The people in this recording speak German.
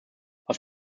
auf